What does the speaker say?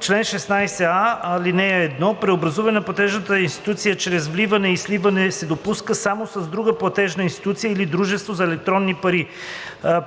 Чл. 16а. (1) Преобразуване на платежна институция чрез вливане и сливане се допуска само с друга платежна институция или дружество за електронни пари.